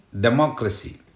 democracy